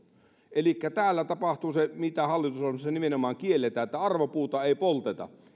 elikkä täällä tapahtuu se mitä hallitusohjelmassa nimenomaan kielletään että arvopuuta ei polteta